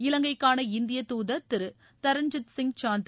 இலங்கைக்கான இந்தியத் தூதர் திரு தரன்ஜித் சிங் சாந்து